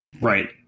Right